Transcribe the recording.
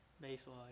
Baseball